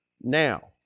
Now